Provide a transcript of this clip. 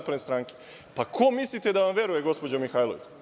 Pa, ko mislite da vam veruje, gospođo Mihajlović?